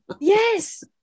Yes